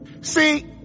See